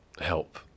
help